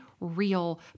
real